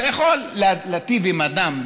אתה יכול להיטיב עם אדם,